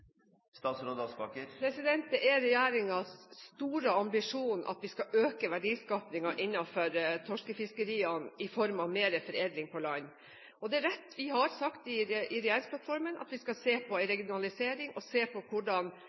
Det er regjeringens store ambisjon at vi skal øke verdiskapingen innenfor torskefiskeriene i form av mer foredling på land. Det er riktig at vi har sagt i regjeringsplattformen at vi skal se på en regionalisering og på hvordan